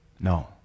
No